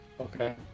Okay